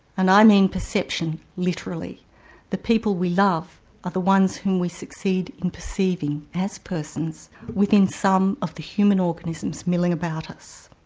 and i mean perception literally the people we love are the ones whom we succeed in perceiving as persons within some of the human organisms milling about us.